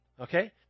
Okay